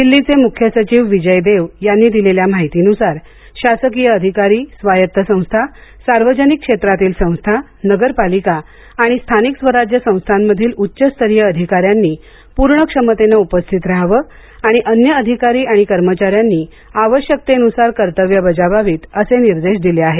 दिल्लीचे मुख्य सचिव विजय देव यांनी दिलेल्या माहितीनुसार शासकीय अधिकारी स्वायत्त संस्था सार्वजनिक क्षेत्रातील संस्था नगरपालिका आणि स्थानिक स्वराज्य संस्थांमधील उच्चस्तरीय अधिकाऱ्यांनी पूर्ण क्षमतेनं उपस्थित राहावं आणि अन्य अधिकारी आणि कर्मचाऱ्यांनी आवश्यकतेसुसार कर्तव्ये बाजावावीत असे निर्देश दिले आहेत